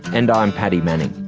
and i'm paddy manning.